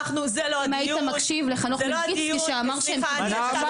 אם היית מקשיב לחנוך מלביצקי שאמר -- נעמה.